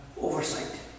oversight